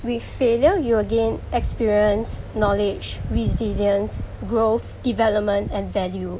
with failure you will gain experience knowledge resilience growth development and value